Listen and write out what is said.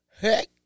heck